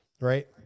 right